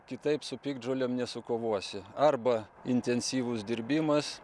kitaip su piktžolėm nesukovosi arba intensyvūs dirbimas